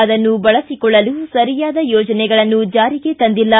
ಅದನ್ನು ಬಳಸಿಕೊಳ್ಳಲು ಸರಿಯಾದ ಯೋಜನೆಗಳನ್ನು ಜಾರಿಗೆ ತಂದಿಲ್ಲ